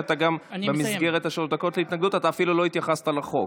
ואתה גם במסגרת שלוש הדקות להתנגדות אפילו לא התייחסת לחוק.